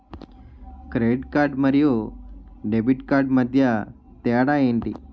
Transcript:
Credit card మరియు debit card మధ్య తేడా ఎంటి?